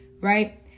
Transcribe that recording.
right